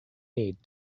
need